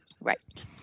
Right